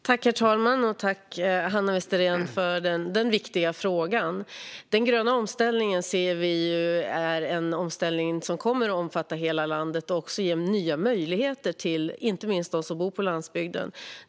Herr talman! Tack, Hanna Westerén, för denna viktiga fråga! Den gröna omställningen kommer att omfatta hela landet och också ge nya möjligheter, inte minst till dem som bor på landsbygden.